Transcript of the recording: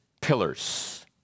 pillars